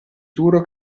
duro